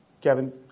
Kevin